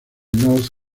north